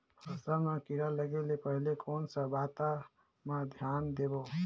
फसल मां किड़ा लगे ले पहले कोन सा बाता मां धियान देबो?